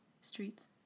Streets